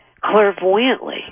clairvoyantly